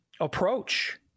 approach